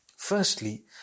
Firstly